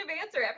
answer